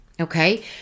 Okay